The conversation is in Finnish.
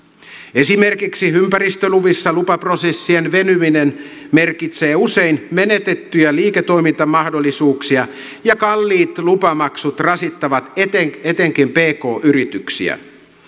esimerkiksi ympäristöluvissa lupaprosessien venyminen merkitsee usein menetettyjä liiketoimintamahdollisuuksia ja kalliit lupamaksut rasittavat etenkin etenkin pk yrityksiä